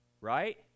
Right